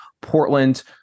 Portland